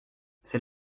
c’est